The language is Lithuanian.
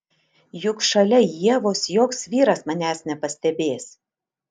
juk šalia ievos joks vyras manęs nepastebės